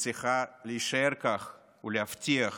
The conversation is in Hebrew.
וצריכה להישאר כך ולהבטיח